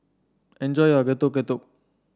enjoy your Getuk Getuk